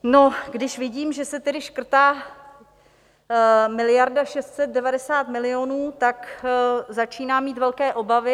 No, když vidím, že se tedy škrtá miliarda 690 milionů, tak začínám mít velké obavy.